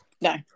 No